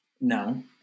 No